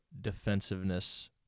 defensiveness